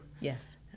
yes